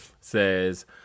says